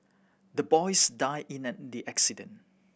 the boys die in a the accident